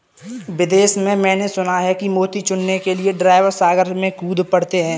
विदेश में मैंने सुना है कि मोती चुनने के लिए ड्राइवर सागर में कूद पड़ते हैं